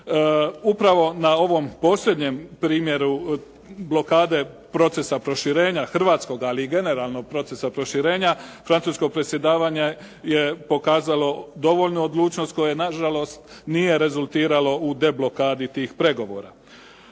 Upravo na ovom posljednjem primjeru blokade procesa proširenja hrvatskog, ali i generalnog procesa proširenja francuskog predsjedavanja je pokazalo dovoljnu odlučnost koje na žalost nije rezultiralo u deblokadi tih pregovora.